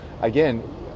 again